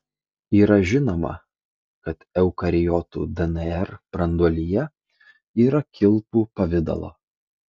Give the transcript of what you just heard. yra žinoma kad eukariotų dnr branduolyje yra kilpų pavidalo